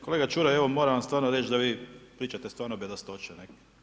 Kolega Čuraj evo moram vam stvarno reći da vi pričate stvarno bedastoće nekada.